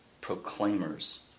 proclaimers